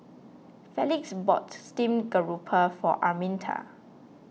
Felix bought Steamed Garoupa for Arminta